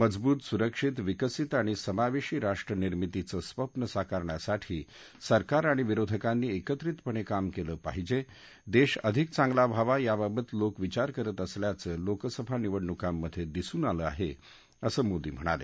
मजबूत सुरक्षित विकसित आणि समावेशी राष्ट्रनिर्मितीचं स्वप्न साकारण्यासाठी सरकार आणि विरोधकांनी एकत्रितपणे काम केलं पाहिजे देश अधिक चांगला व्हावा याबाबत लोक विचार करत असल्याचं लोकसभा निवडणुकांमधे दिसून आलं आहे असं मोदी म्हणाले